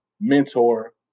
mentor